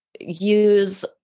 use